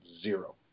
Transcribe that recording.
zero